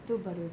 tu baru